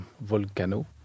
volcano